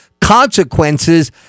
consequences –